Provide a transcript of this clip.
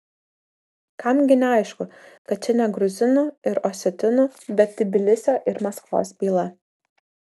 kam gi neaišku kad čia ne gruzinų ir osetinų bet tbilisio ir maskvos byla